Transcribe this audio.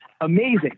amazing